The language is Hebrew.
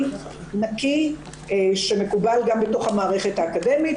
נקי שמקובל גם בתוך המערכת האקדמית,